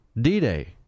D-Day